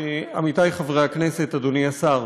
עמיתי חברי הכנסת, אדוני השר,